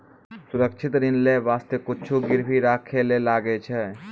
सुरक्षित ऋण लेय बासते कुछु गिरबी राखै ले लागै छै